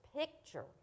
picture